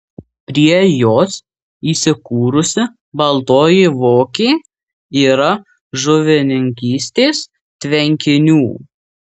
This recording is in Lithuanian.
prie jos įsikūrusi baltoji vokė yra žuvininkystės tvenkinių